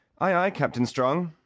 aye, aye, captain strong,